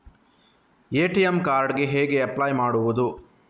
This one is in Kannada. ಎ.ಟಿ.ಎಂ ಕಾರ್ಡ್ ಗೆ ಹೇಗೆ ಅಪ್ಲೈ ಮಾಡುವುದು?